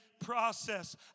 process